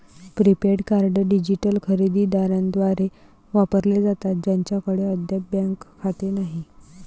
prepaid card digital खरेदी दारांद्वारे वापरले जातात ज्यांच्याकडे अद्याप बँक खाते नाही